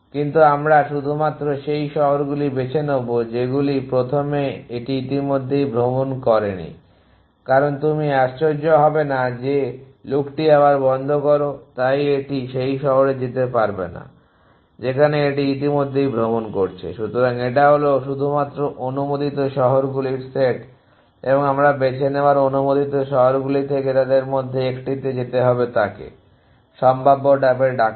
কিন্তু আমরা শুধুমাত্র সেই শহরগুলি বেছে নেব যেগুলি প্রথমে এটি ইতিমধ্যেই ভ্রমণ করেনি কারণ তুমি আশ্চর্য হবে না যে লুপটি আবার বন্ধ করো তাই এটি সেই শহরে যেতে পারবে না যেখানে এটি ইতিমধ্যেই ভ্রমণ করেছে । সুতরাং এটা হলো শুধুমাত্র অনুমোদিত শহরগুলির সেট এবং আমরা বেছে নেওয়া অনুমোদিত শহরগুলি থেকে তাদের মধ্যে 1টিতে যেতে হবে যাকে j সম্ভাব্যভাবে ডাকা হয়